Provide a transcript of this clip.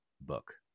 book